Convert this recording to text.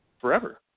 forever